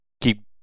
keep